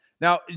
Now